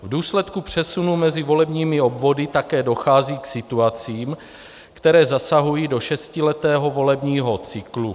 V důsledku přesunu mezi volebními obvody také dochází k situacím, které zasahují do šestiletého volebního cyklu.